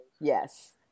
Yes